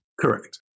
Correct